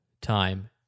time